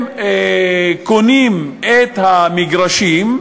הם קונים את המגרשים,